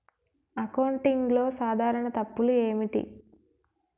అకౌంటింగ్లో సాధారణ తప్పులు ఏమిటి?